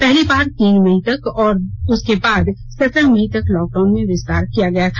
पहली बार तीन मई तक और उसके बाद सत्रह मई तक लॉकडाउन में विस्तार किया गया था